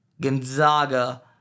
Gonzaga